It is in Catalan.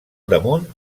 damunt